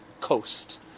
coast